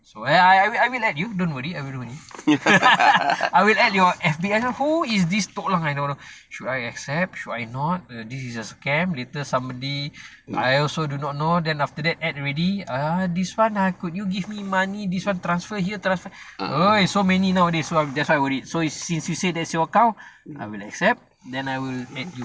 so I I I I will add you don't worry I will add your F_B I know who is this toklang right should I accept should I not this is a scam later somebody I also do not know then after that add already ah this one ah could you give me money this one transfer here !oi! so many nowadays so that why I worried since you say that is your account I will accept and I will add you